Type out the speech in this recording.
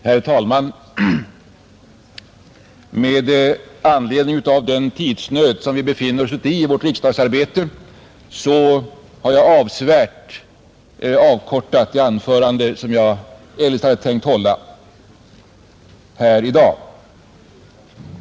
Herr talman! Med anledning av den tidsnöd som vi befinner oss i här i vårt riksdagsarbete har jag avsevärt avkortat det anförande som jag eljest hade tänkt hålla.